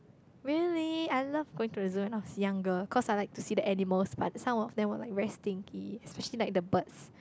really I love going to the zoo when I was younger cause I like to see the animals but some of them were like very stinky especially like the birds